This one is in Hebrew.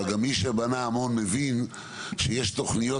אבל גם מי שבנה המון מבין שיש לפעמים תכניות,